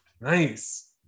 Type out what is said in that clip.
nice